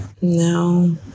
No